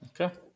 Okay